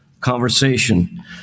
conversation